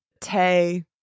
Tay